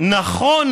נכון,